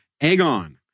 Aegon